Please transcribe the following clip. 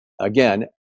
again